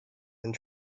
and